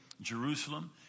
Jerusalem